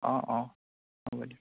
অঁ অঁ হ'ব দিয়ক